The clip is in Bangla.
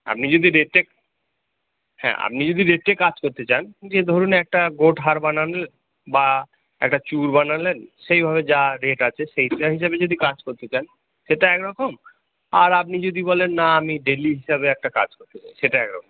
আপনি যদি রেটে হ্যাঁ আপনি যদি রেটে কাজ করতে চান যে ধরুন একটা গোট হার বানালেন বা একটা চূড় বানালেন সেইভাবে যা রেট আছে সেইটা হিসাবে যদি কাজ করতে চান সেটা একরকম আর আপনি যদি বলেন না আমি ডেইলি হিসাবে একটা কাজ করতে চাই সেটা একরকম দেখুন